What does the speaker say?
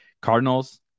Cardinals